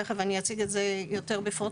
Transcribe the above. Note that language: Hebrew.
תכף אני אציג את זה יותר בפרוטות.